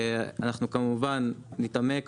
אנחנו כמובן נתעמק,